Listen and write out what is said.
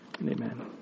Amen